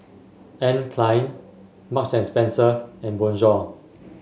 Anne Klein Marks and Spencer and Bonjour